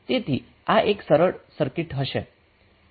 તેથી આ એક સરળ સર્કિટ હશે